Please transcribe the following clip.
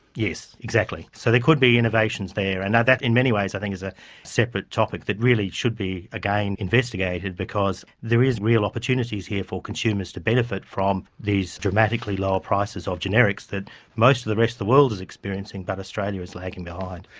yes, exactly. so there could be innovations there. and that in many ways i think is a separate topic that really should be again investigated, because there is real opportunities here for consumers to benefit from these dramatically lower prices of generics that most of the rest of the world is experiencing, but australia is lagging behind.